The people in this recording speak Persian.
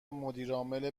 مدیرعامل